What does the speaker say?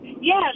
Yes